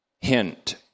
Hint